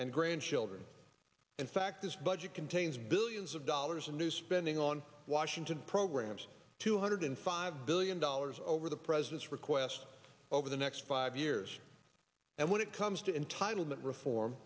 and grandchildren in fact this budget contains billions of dollars in new spending on washington programs two hundred five billion dollars over the president's request over the next five years and when it comes to entitlement reform